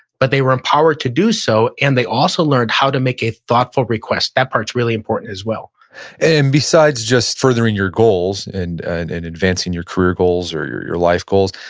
but they were empowered to do so, and they also learned how to make a thoughtful request. that part's really important as well and besides just furthering your goals and and and advancing your career goals or your your life goals,